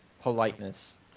politeness